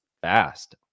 fast